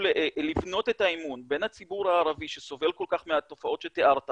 לבנות את האמון בין הציבור הערבי שסובל כל כך מהתופעות שתיארת